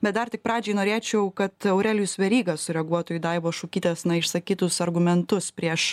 bet dar tik pradžiai norėčiau kad aurelijus veryga sureaguotų į daivos šukytės išsakytus argumentus prieš